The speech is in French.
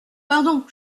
pardon